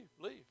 leave